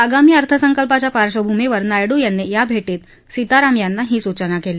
आगामी अर्थसंकल्पाच्या पार्श्वभूमीवर नायडू यांनी या भेर्टीत सीताराम यांना ही सूचना केली